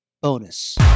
bonus